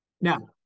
Now